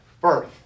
birth